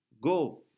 go